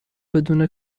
بدون